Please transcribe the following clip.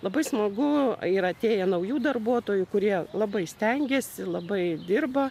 labai smagu yra atėję naujų darbuotojų kurie labai stengiasi labai dirba